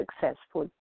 successful